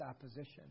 opposition